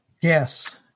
Yes